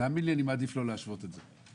תאמין לי אני מעדיף לא להשוות את זה.